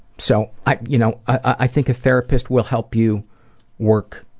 so i you know i think a therapist will help you work